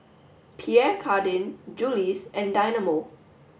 Pierre Cardin Julie's and Dynamo